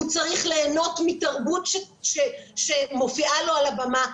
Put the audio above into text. הוא צריך ליהנות מתרבות שמופיעה לו על הבמה.